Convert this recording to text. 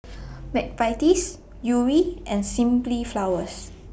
Mcvitie's Yuri and Simply Flowers